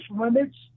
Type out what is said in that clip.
limits